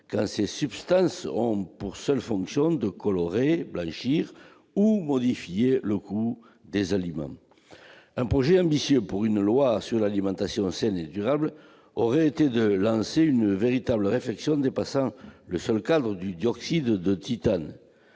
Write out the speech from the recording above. quand ces substances ont pour seule fonction de colorer, blanchir ou modifier le goût des aliments. Un projet ambitieux pour une loi sur l'alimentation saine et durable aurait été de lancer une véritable réflexion dépassant le seul cadre du dioxyde de titane